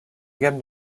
gammes